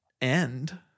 end